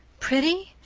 pretty?